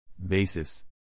Basis